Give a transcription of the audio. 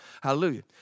Hallelujah